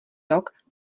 rok